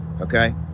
Okay